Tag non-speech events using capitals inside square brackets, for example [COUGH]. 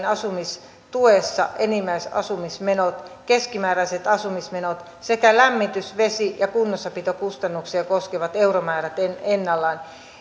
[UNINTELLIGIBLE] asumistuessa enimmäisasumismenot keskimääräiset asumismenot sekä lämmitys vesi ja kunnossapitokustannuksia koskevat euromäärät ennallaan